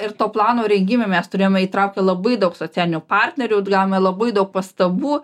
ir to plano rengime mes turėjome įtraukti labai daug socialinių partnerių gavome labai daug pastabų